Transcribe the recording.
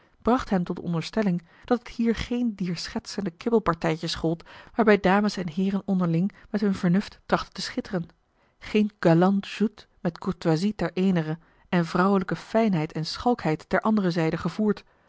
bracht hem tot de onderstelling dat het hier geen dier schertsende kibbelpartijtjes gold waarbij dames en heeren onderling met hun vernuft trachten te schitteren geen galante joute met courtoisie ter eenere met vrouwelijke fijnheid en schalkheid ter andere zijde gevoerd